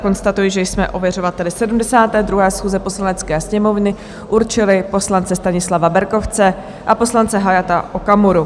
Konstatuji, že jsme ověřovateli 72. schůze Poslanecké sněmovny určili poslance Stanislava Berkovce a poslance Hayata Okamuru.